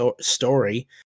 story